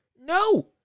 No